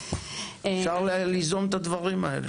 אפשר ליזום את הדברים האלה.